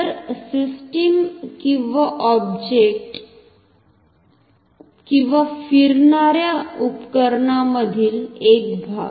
तर सिस्टम किंवा ऑब्जेक्ट किंवा फिरणार्या उपकरणामधील एक भाग